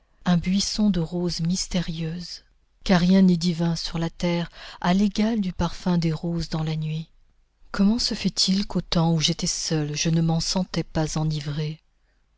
un buisson de roses mystérieuses car rien n'est divin sur la terre à l'égal du parfum des roses dans la nuit comment se fait-il qu'au temps où j'étais seule je ne m'en sentais pas enivrée